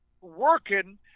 working